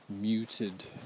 Muted